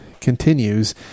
continues